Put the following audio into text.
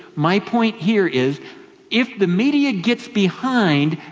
my point here is if the media gets behind